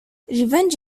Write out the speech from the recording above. revenge